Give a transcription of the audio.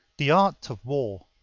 the art of war,